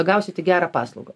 gausite gerą paslaugą